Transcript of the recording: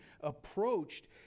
approached